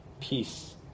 peace